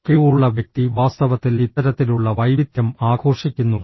Q ഉള്ള വ്യക്തി വാസ്തവത്തിൽ ഇത്തരത്തിലുള്ള വൈവിധ്യം ആഘോഷിക്കുന്നു